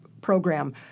program